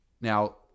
Now